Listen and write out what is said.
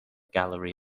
gallery